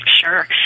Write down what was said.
sure